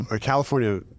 California